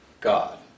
God